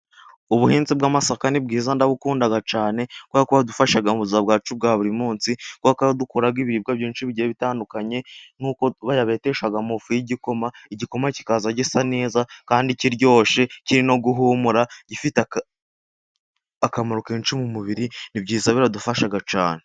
Ubuhinzi bw'amasaka ni bwiza ndabukunda cyane, kuko kubera ko buradufasha mu buzima bwacu bwa buri munsi ,kubera ko aho dukura ibiribwa byinshi bigiye bitandukanye, nkuko bayabeteshamo amafu y'igikoma, igikoma kikaza gisa neza kandi kiryoshe kiri no guhumura ,gifite akamaro kenshi mu mubiri ,ni byiza biradufasha cyane.